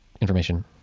information